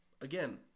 again